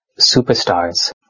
superstars